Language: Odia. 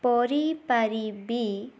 କରିପାରିବି